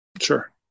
Sure